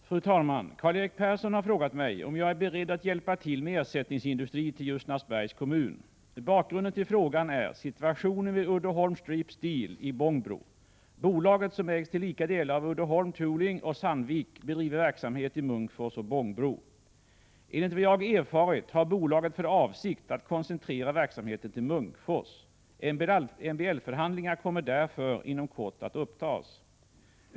Fru talman! Karl-Erik Persson har frågat mig om jag är beredd att hjälpa till med ersättningsindustri till Ljusnarsbergs kommun. Bakgrunden till frågan är situationen vid Uddeholm Strip Steel i Bångbro. Bolaget, som ägs till lika delar av Uddeholm Tooling och Sandvik, bedriver verksamhet i Munkfors och Bångbro. Enligt vad jag erfarit har bolaget för avsikt att koncentrera verksamheten till Munkfors. MBL-förhandlingar kommer därför inom kort att upptas.